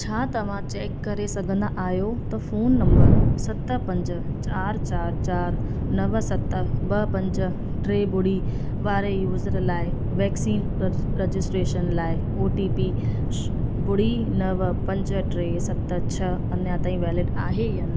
छा तव्हां चैक करे सघंदा आहियो त फोन नंबर सत पंज चारि चारि चारि नव सत ॿ पंज टे ॿुड़ी वारे यूजर लाइ वैक्सीन रजिस्ट्रेशन लाइ ओ टी पी ॿुड़ी नव पंज टे सत छह अञा ताईं वैलिड आहे या न